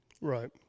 Right